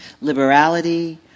Liberality